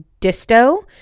Disto